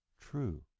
true